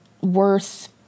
worth